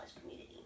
community